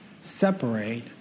separate